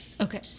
Okay